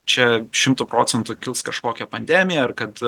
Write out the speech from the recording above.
čia šimtu procentų kils kažkokia pandemija ar kad